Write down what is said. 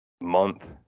month